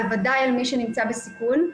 בוודאי למי שנמצא בסיכון.